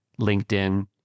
LinkedIn